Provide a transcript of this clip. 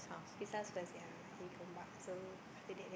his house first yeah he Gombak so after that then